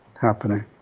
happening